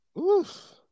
Oof